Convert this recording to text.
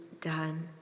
done